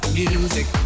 music